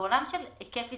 בעולם של היקף עסקאות,